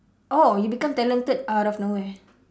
orh you become talented out of nowhere